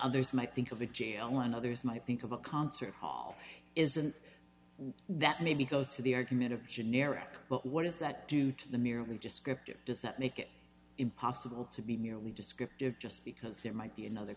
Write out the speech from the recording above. others might think of a g l and others might think of a concert hall isn't that maybe goes to the argument of generic but what does that do to the merely descriptive does that make it impossible to be merely descriptive just because there might be another